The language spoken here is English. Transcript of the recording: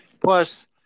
Plus